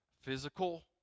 physical